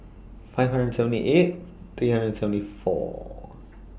five hundred and seventy eight three hundred and seventy four